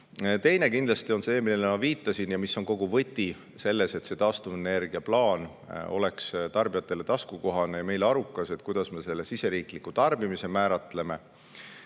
Teine kindlasti on see, millele ma viitasin ja mis on kogu võti selles, et see taastuvenergia plaan oleks tarbijatele taskukohane ja meile arukas, et kuidas me selle siseriikliku tarbimise määratleme.